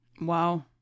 Wow